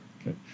okay